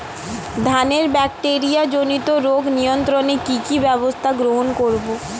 ধানের ব্যাকটেরিয়া জনিত রোগ নিয়ন্ত্রণে কি কি ব্যবস্থা গ্রহণ করব?